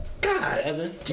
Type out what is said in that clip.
God